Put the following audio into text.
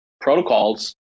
protocols